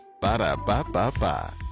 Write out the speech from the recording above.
Ba-da-ba-ba-ba